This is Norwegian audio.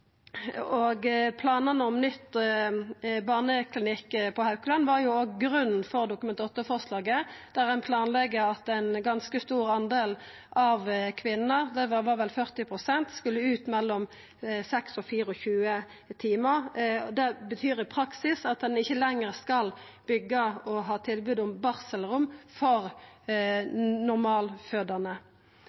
stor. Planane om ny barneklinikk på Haukeland var grunnen til Dokument 8-forslaget, for ein planla at ein ganske stor del av kvinnene – det var vel 40 pst. – skulle ut mellom 6 og 24 timar etter fødsel. Det betyr i praksis at ein ikkje lenger skal byggja og ha tilbod om barselrom for normalfødande.